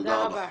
תודה רבה.